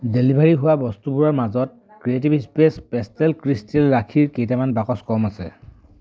delivery হোৱা বস্তুবোৰৰ মাজত ক্ৰিয়েটিভ স্পেচ পেষ্টেল ক্ৰিষ্টেল ৰাখীৰ কেইটামান বাকচ কম আছে